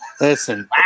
Listen